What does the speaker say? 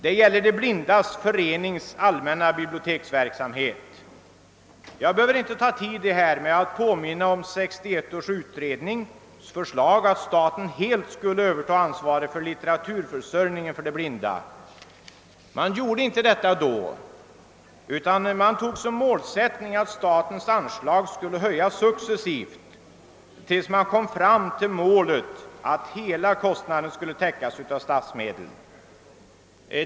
Det gäller De blindas förenings biblioteksverksamhet. Jag vill påminna om att 1961 års utredning föreslog att staten helt skulle överta ansvaret för litteraturförsörjningen för de blinda. Man beslöt inte detta då utan satte som mål att statens anslag skulle höjas successivt tills man kom fram till att hela kostnaden täcktes av statsmedel.